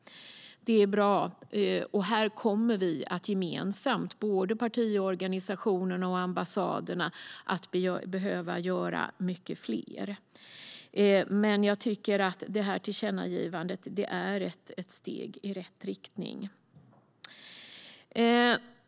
Det är bra. Här kommer vi att gemensamt, både partiorganisationerna och ambassaderna, behöva göra mycket mer. Jag tycker dock att förslaget till tillkännagivande är ett steg i rätt riktning.